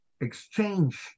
exchange